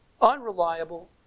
unreliable